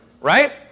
right